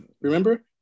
Remember